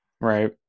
right